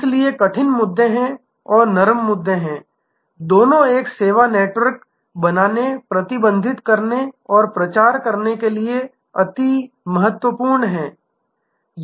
इसलिए कठिन मुद्दे हैं और नरम मुद्दे हैं दोनों एक सेवा नेटवर्क बनाने प्रबंधित करने और प्रचार करने के लिए महत्वपूर्ण हैं